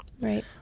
Right